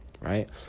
right